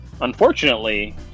Unfortunately